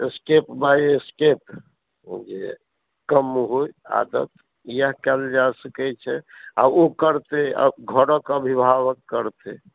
step by step ओ जे कम होइ आदत इएह कयल जा सकैत छै आ ओ करतय घरक अभिभावक करतय